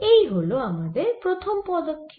এই ছিল আমাদের প্রথম পদক্ষেপ